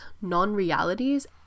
non-realities